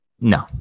No